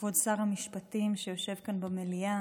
כבוד שר המשפטים, שיושב כאן במליאה